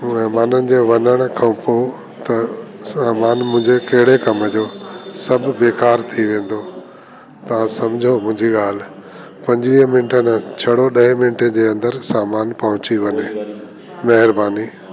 महिमाननि जे वञण खों पो त सामान मुंहिंजे कहिड़े कम जो सभु बेकार थी वेंदो तव्हां सम्झो मुंहिंजी ॻाल्हि पंजुवीह मिंट न छॾो ॾहे मिंटे जे अंदरु सामान पहुची वञे महिरबानी